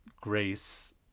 grace